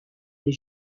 des